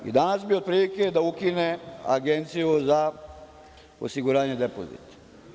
I danas bi otprilike da ukine Agenciju za osiguranje depozita.